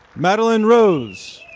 madeleine rose.